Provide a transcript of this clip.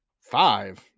five